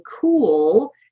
cool